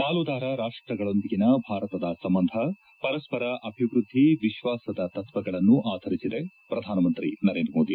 ಪಾಲುದಾರ ರಾಷ್ಟಗಳೊಂದಿಗಿನ ಭಾರತದ ಸಂಬಂಧ ಪರಸ್ಪರ ಅಭಿವ್ಯದ್ದಿ ವಿಶ್ವಾಸದ ತತ್ವಗಳನ್ನು ಆಧರಿಸಿದೆ ಪ್ರಧಾನಮಂತ್ರಿ ನರೇಂದ್ರ ಮೋದಿ